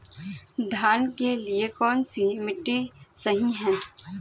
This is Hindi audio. धान के लिए कौन सी मिट्टी सही है?